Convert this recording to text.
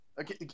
Okay